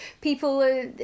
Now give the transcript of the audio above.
people